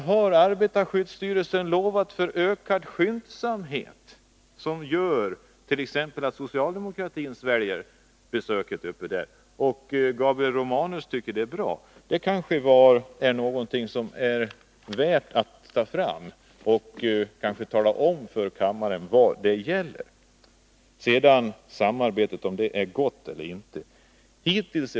Vad lovade arbetarskyddsstyrelsen vid utskottets besök i fråga om ökad skyndsamhet, som t.ex. socialdemokraterna kan svälja och som Gabriel Romanus tycker är bra? Det kanske är någonting som det är värt att ta fram och tala om för kammaren. Så några ord om huruvida samarbetet är av godo eller inte.